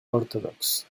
orthodox